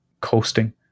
coasting